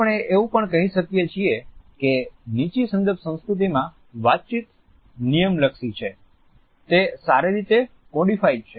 આપણે એવું પણ કહી શકીએ છીએ કે નીચી સંદર્ભ સંસ્કૃતિમાં વાતચીત નિયમલક્ષી છે તે સારી રીતે કોડીફાઈડ છે